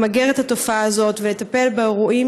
למגר את התופעה הזאת ולטפל באירועים,